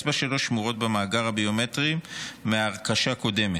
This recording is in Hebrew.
האצבע שלו שמורות במאגר הביומטרי מהרכשה קודמת,